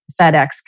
FedEx